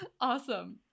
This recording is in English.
Awesome